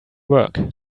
work